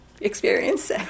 experience